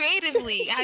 creatively